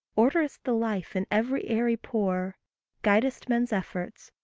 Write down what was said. orderest the life in every airy pore guidest men's efforts,